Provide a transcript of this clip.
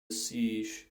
siege